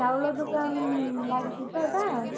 ଚାଉଳ ଦୋକାନ ଲାଗିଛି ତ ଏଟା